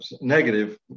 negative